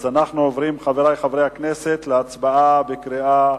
אז אנחנו עוברים, חברי חברי הכנסת, להצבעה בקריאה